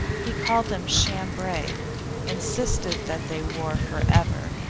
he called them chambray insisted that they wore for ever,